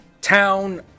town